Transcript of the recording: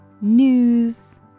news